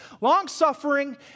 long-suffering